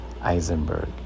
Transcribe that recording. Eisenberg